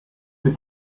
que